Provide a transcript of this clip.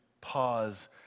pause